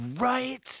Right